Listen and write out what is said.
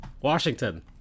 Washington